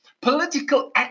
political